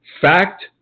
fact